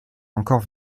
encore